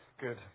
Good